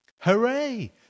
Hooray